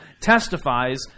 testifies